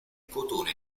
cotone